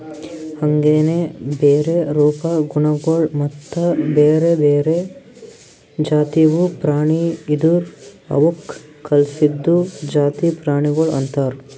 ಹಾಂಗೆನೆ ಬೇರೆ ರೂಪ, ಗುಣಗೊಳ್ ಮತ್ತ ಬ್ಯಾರೆ ಬ್ಯಾರೆ ಜಾತಿವು ಪ್ರಾಣಿ ಇದುರ್ ಅವುಕ್ ಕಲ್ಸಿದ್ದು ಜಾತಿ ಪ್ರಾಣಿಗೊಳ್ ಅಂತರ್